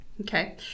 Okay